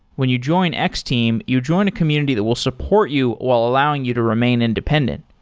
when you join x-team, you join a community that will support you while allowing you to remain independent,